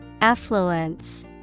Affluence